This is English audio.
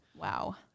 Wow